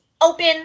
open